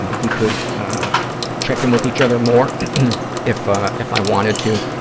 ah we could check in with each other more if ah if i wanted to.